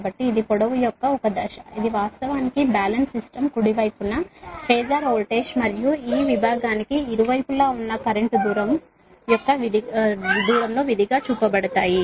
కాబట్టి ఇది పొడవు యొక్క ఒక దశ ఇది వాస్తవానికి బ్యాలెన్స్ సిస్టమ్ కుడివైపున ఫాజర్ వోల్టేజ్ మరియు ఈ విభాగానికి ఇరువైపులా ఉన్న కరెంట్ దూరం యొక్క విధిగా చూపబడతాయి